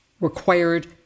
required